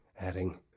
adding